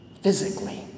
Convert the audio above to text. physically